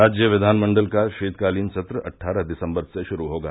राज्य विधानमंडल का शीतकालीन सत्र अट्ठारह दिसम्बर से शुरू होगा